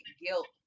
guilt